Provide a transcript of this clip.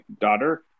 daughter